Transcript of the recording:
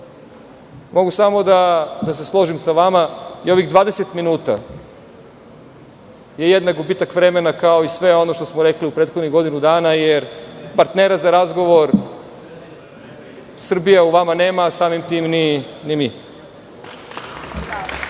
mogu samo da se složim sa vama. Ovih 20 minuta je jednak gubitak vremena kao i sve ono što smo rekli u prethodnih godinu dana, jer partnera za razgovor Srbija u vama nema, a samim tim ni mi.